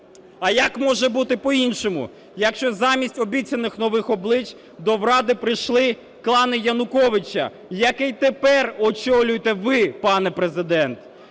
А як може бути по-іншому, якщо замість обіцяних нових облич до Ради прийшли клани Януковича, який тепер очолюєте ви, пане Президент?